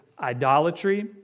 idolatry